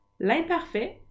L'imparfait